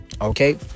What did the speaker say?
Okay